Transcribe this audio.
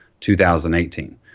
2018